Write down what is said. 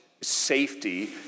safety